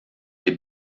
des